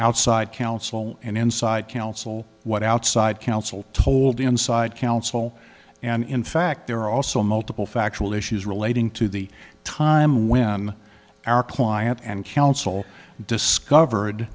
outside counsel and inside counsel what outside counsel told inside counsel and in fact there are also multiple factual issues relating to the time when our client and counsel discovered